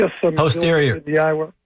Posterior